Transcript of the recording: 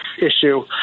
issue